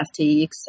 FTX